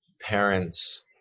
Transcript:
parents